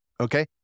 Okay